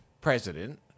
president